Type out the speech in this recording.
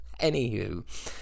Anywho